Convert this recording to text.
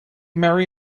marry